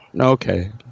Okay